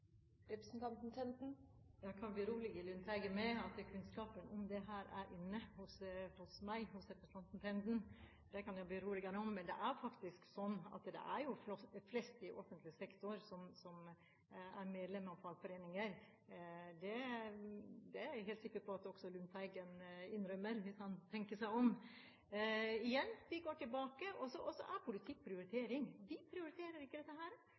representanten Lundteigen med at kunnskapen om dette er inne hos representanten Tenden. Det kan jeg berolige ham med. Men det er jo faktisk slik at de fleste i offentlig sektor er medlem av fagforeninger. Det er jeg helt sikker på at også Lundteigen innrømmer, hvis han tenker seg om. Igjen: Vi går tilbake. Politikk er prioritering. Vi prioriterer ikke dette.